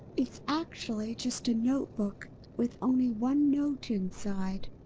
it's actually just a notebook with only one note inside.